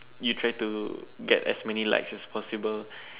you try to get as many likes as possible